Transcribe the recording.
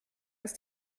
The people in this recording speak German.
ist